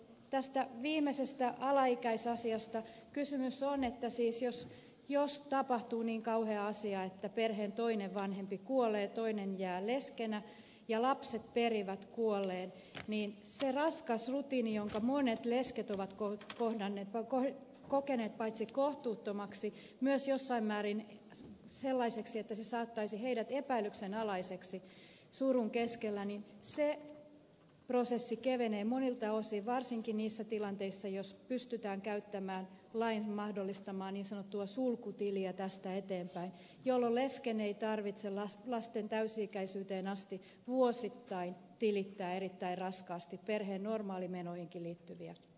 tässä viimeisessä alaikäisasiassa kysymys on että siis jos tapahtuu niin kauhea asia että perheen toinen vanhempi kuolee toinen jää leskeksi ja lapset perivät kuolleen niin se raskas rutiini jonka monet lesket ovat kokeneet paitsi kohtuuttomaksi myös jossain määrin sellaiseksi että se saattaisi heidät epäilyksenalaisiksi surun keskellä se prosessi kevenee monilta osin varsinkin niissä tilanteissa jos pystytään käyttämään lain mahdollistamaa niin sanottua sulkutiliä tästä eteenpäin jolloin lesken ei tarvitse lasten täysi ikäisyyteen asti vuosittain tilittää erittäin raskaasti perheen normaalimenoihinkin liittyviä menoja